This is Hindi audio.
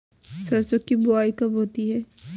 सरसों की बुआई कब होती है?